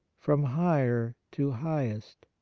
from higher to highest.